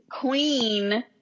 queen